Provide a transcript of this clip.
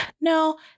No